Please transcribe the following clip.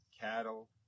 cattle